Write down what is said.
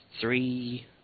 three